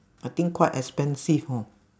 I think quite expensive hor